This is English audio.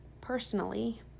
personally